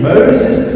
Moses